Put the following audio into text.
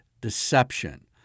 deception